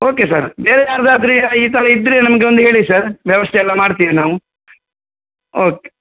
okay sir ಬೇರೆ ಯಾರದ್ದಾದ್ರು ಯಾ ಈ ಥರ ಇದ್ದರೆ ನಮಗೆ ಒಂದು ಹೇಳಿ ಸರ್ ವ್ಯವಸ್ತೆಯೆಲ್ಲ ಮಾಡ್ತೀವಿ ನಾವು ಓಕೆ